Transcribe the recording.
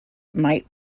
might